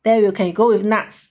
there you can you go with nuts